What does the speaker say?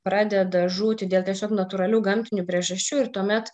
pradeda žūti dėl tiesiog natūralių gamtinių priežasčių ir tuomet